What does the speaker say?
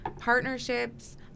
partnerships